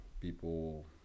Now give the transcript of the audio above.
people